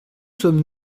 sommes